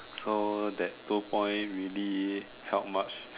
so that two point really help much